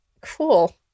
Cool